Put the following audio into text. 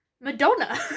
Madonna